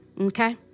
okay